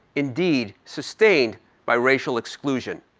indeed sustained by racial exclusion.